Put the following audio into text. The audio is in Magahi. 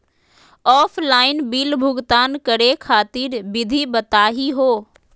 ऑफलाइन बिल भुगतान करे खातिर विधि बताही हो?